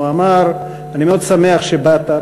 הוא אמר: אני מאוד שמח שבאת,